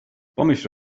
pomyśl